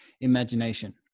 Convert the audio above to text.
imagination